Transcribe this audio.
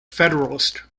federalist